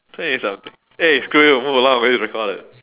twenty something eh screw you move along eh